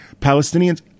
Palestinians